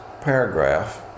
paragraph